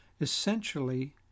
essentially